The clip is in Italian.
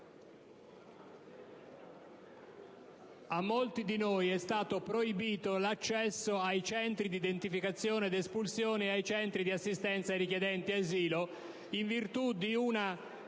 a molti di noi è stato proibito l'accesso ai centri di identificazione ed espulsione (CIE) e ai centri di assistenza ai richiedenti asilo (CARA), in virtù di una